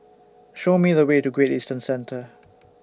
Show Me The Way to Great Eastern Centre